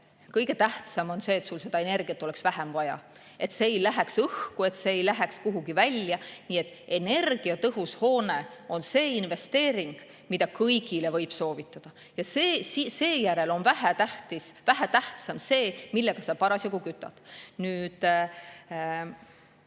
kõige tähtsam on see, et sul energiat oleks vähem vaja, et see ei läheks õhku, et see ei läheks kuhugi välja. Nii et energiatõhus hoone on see investeering, mida kõigile võib soovitada. Seejärel on vähem tähtis see, millega sa parasjagu kütad. Lisaks,